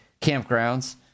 campgrounds